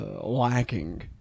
lacking